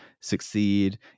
succeed